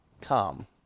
come